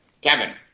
Kevin